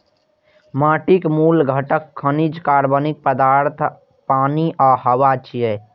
माटिक मूल घटक खनिज, कार्बनिक पदार्थ, पानि आ हवा छियै